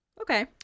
okay